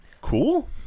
cool